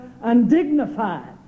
undignified